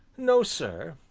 no, sir,